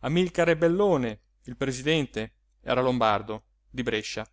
amilcare bellone il presidente era lombardo di brescia